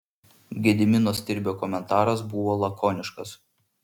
gedimino stirbio komentaras buvo lakoniškas